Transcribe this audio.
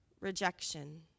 rejection